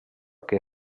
que